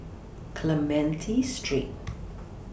Clementi Street